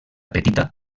petita